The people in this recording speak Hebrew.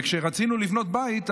וכשרצינו לבנות בית,